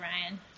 Ryan